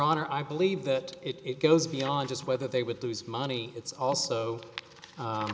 honor i believe that it goes beyond just whether they would lose money it's also